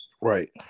Right